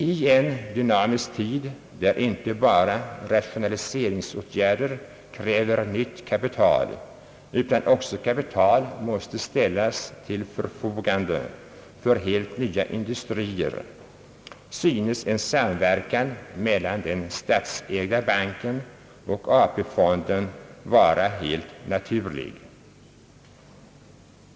I en dynamisk tid, där inte bara rationaliseringsåtgärder kräver nytt kapital, utan också kapital måste ställas till för. fogande för helt nya industrier, synes en samverkan mellan den statsägda banken och AP-fonden vara helt naturlig.